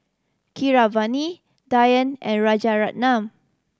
Keeravani Dhyan and Rajaratnam